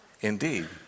indeed